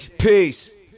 Peace